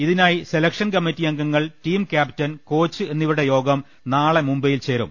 ഇതിനായി selection committee അംഗങ്ങൾ team captain coach എന്നിവരുടെ യോഗം നാളെ മുംബൈയിൽ ചേരും